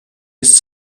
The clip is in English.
its